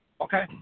Okay